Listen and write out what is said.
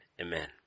amen